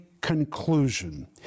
conclusion